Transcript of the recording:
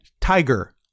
tiger